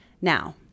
Now